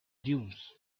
dunes